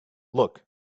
look